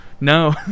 No